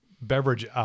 beverage